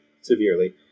severely